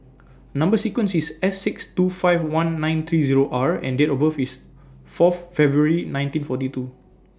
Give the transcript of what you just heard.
Number sequence IS S six two five one nine three Zero R and Date of birth IS Fourth February nineteen forty two